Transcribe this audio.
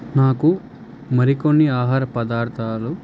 నాకు మరికొన్ని ఆహార పదార్థాలు